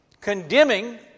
condemning